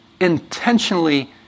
intentionally